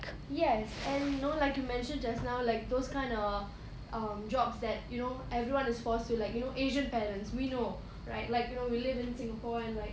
yes and like you know mentioned just now like those kind of um jobs that you know everyone is forced to like you know asian parents we know right like you know we live in singapore and like